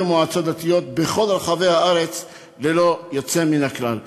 מועצות דתיות בכל רחבי הארץ ללא יוצא מן הכלל.